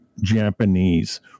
Japanese